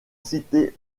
cité